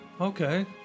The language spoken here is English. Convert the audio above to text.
Okay